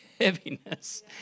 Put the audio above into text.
heaviness